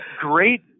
great